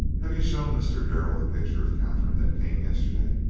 have you shown mr. darrell that picture of katherine that came yesterday?